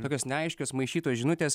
tokios neaiškios maišytos žinutės